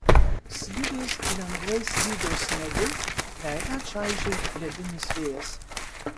slidės lengvai slydo sniegu veidą čaižė ledinis vėjas